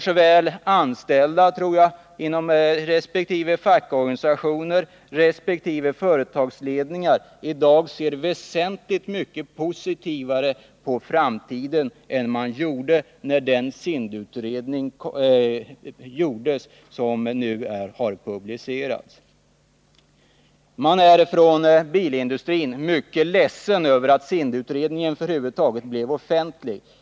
Såväl de anställda inom resp. fackorganisationer, tror jag, som företagsledningarna ser i dag väsentligt mycket mer positivt på framtiden än de gjorde när den SIND utredning gjordes som nu har publicerats. Man är inom bilindustrin mycket ledsen över att SIND-utredningen över huvud taget blev offentlig.